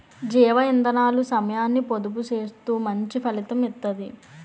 జీవ ఇందనాలు సమయాన్ని పొదుపు సేత్తూ మంచి ఫలితం ఇత్తది